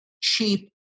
cheap